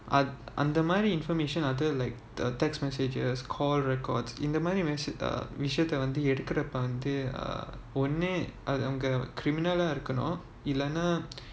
uh undermining information அது:athu like the text messages call records இந்த மாதிரி விஷயத்தை எடுக்குறப்ப வந்து ஒன்னு அவங்க:intha maathiri visayatha edukurapa vanthu onnu avanga criminal அ இருக்கனும்:a irukanum